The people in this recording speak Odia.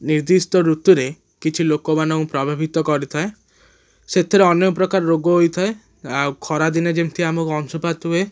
ନିର୍ଦ୍ଧିଷ୍ଟ ଋତୁରେ କିଛି ଲୋକମାନଙ୍କୁ ପ୍ରଭାବିତ କରିଥାଏ ସେଥିରେ ଅନେକ ପ୍ରକାର ରୋଗ ହୋଇଥାଏ ଆଉ ଖରାଦିନେ ଯେମିତି ଆମକୁ ଅଂଶୁପାତ ହୁଏ